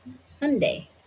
Sunday